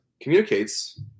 communicates